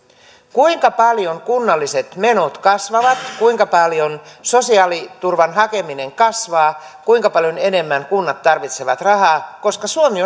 kuinka paljon kunnalliset menot kasvavat kuinka paljon sosiaaliturvan hakeminen kasvaa kuinka paljon enemmän kunnat tarvitsevat rahaa suomi